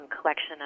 collection